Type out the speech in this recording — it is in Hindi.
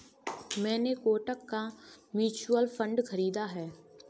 मैंने कोटक का म्यूचुअल फंड खरीदा है